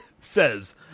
says